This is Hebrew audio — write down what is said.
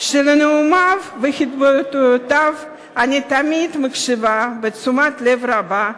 שלנאומיו ולהתבטאויותיו אני תמיד מקשיבה בתשומת לב רבה,